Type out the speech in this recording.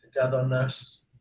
togetherness